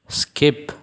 skip